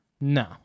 No